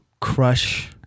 crush